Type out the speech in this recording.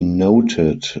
noted